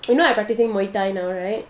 you know I practicing muay thai now right